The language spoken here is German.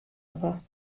aber